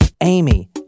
Amy